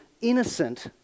innocent